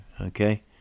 okay